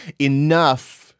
enough